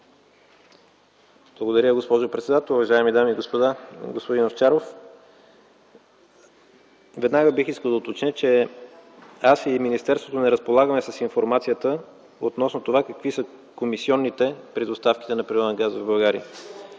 Благодаря, госпожо председател. Уважаеми дами и господа, господин Овчаров! Веднага бих искал да уточня, че аз и министерството не разполагаме с информацията какви са комисионите при доставката на природен газ в България.